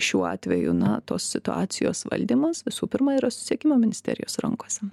šiuo atveju nato situacijos valdymas visų pirma yra susisiekimo ministerijos rankose